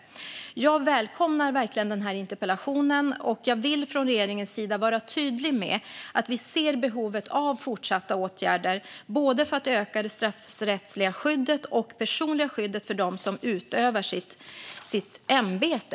Jag välkomnar verkligen den här interpellationen, och jag vill från regeringens sida vara tydlig med att vi ser behovet av fortsatta åtgärder för att öka både det straffrättsliga skyddet och det personliga skyddet för dem som utövar sitt ämbete.